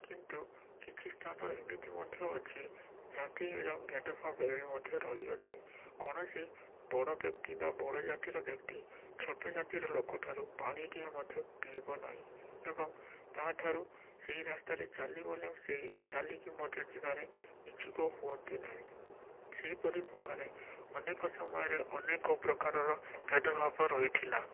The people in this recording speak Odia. କିନ୍ତୁ କିଛି ସ୍ଥାନ ଏମିତି ମଧ୍ୟ ଅଛି ଜାତିର ଭେଦଭାବ ଏବେ ମଧ୍ୟ ରହିଅଛି କୌଣସି ବଡ଼ ବ୍ୟକ୍ତି ବା ବଡ଼ ଜାତିର ବ୍ୟକ୍ତି ଛୋଟ ଜାତିର ଲୋକଠାରୁ ପାଣିଟିଏ ମଧ୍ୟ ପିଇବ ନାହିଁ ଏବଂ ତା' ଠାରୁ ସେଇ ରାସ୍ତାରେ ଚାଲି ଗଲେ ସେ ଚାଲିକି ମଧ୍ୟ ଯିବାରେ ମଧ୍ୟ ଇଛୁକ ମଧ୍ୟ ହୁଅନ୍ତି ନାହିଁ ସେହିପରି ପ୍ରକାରେ ଅନେକ ସମୟରେ ଅନେକ ପ୍ରକାରର ଭେଦଭାବ ରହିଥିଲା